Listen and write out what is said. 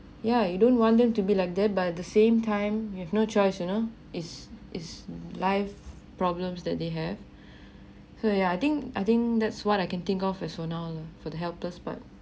yeah you don't want them to be like that but at the same time you have no choice you know it's it's life problems that they have so yeah I think I think that's what I can think of is now lah for the helpless part